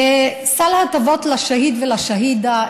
סל ההטבות לשהיד ולשהידה,